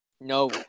No